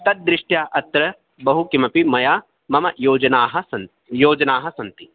तद्दृष्ट्या अत्र बहु किमपि मया मम योजनाः योजनाः सन्ति